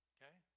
Okay